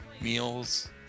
Meals